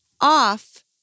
off